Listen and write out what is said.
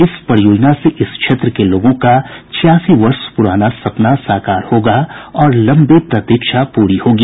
इस परियोजना से इस क्षेत्र के लोगों का छियासी वर्ष पुराना सपना साकार होगा और लंबी प्रतीक्षा पूरी होगी